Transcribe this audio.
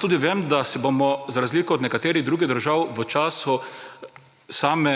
Tudi vem, da se bomo, za razliko od nekaterih drugih držav, v času same